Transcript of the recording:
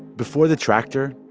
before the tractor,